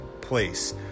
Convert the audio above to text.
place